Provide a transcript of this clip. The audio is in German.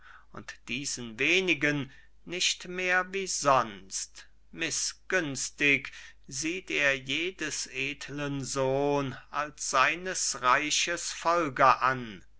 und diesen wenigen nicht mehr wie sonst mißgünstig sieht er jedes edeln sohn als seines reiches folger an